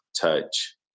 touch